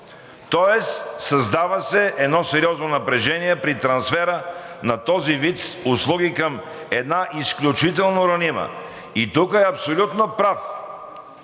тоест създава се едно сериозно напрежение при трансфера на този вид услуги към една изключително ранима... Тук е абсолютно прав